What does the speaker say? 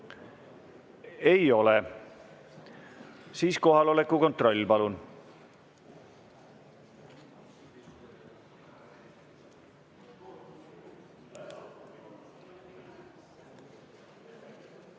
Ei ole. Siis kohaloleku kontroll, palun!